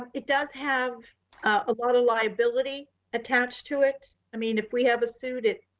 um it does have a lot of liability attached to it. i mean, if we have a suit it,